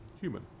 human